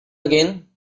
again